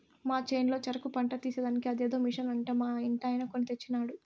మా చేనులో చెరుకు పంట తీసేదానికి అదేదో మిషన్ అంట మా ఇంటాయన కొన్ని తెచ్చినాడు